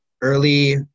early –